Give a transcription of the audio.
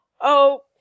Oh